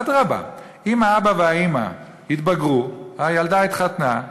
אדרבה, אם האבא והאימא התבגרו, הילדה התחתנה,